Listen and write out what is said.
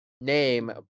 Name